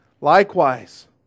Likewise